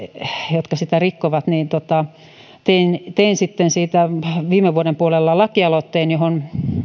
jotka sitä rikkovat ja tein sitten siitä viime vuoden puolella lakialoitteen johon